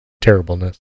terribleness